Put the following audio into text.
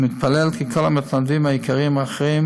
ומתפלל כי כל המתנדבים היקרים האחרים